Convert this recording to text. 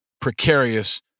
precarious